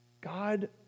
God